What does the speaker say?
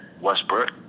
Westbrook